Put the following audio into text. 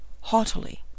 haughtily